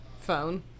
phone